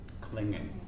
clinging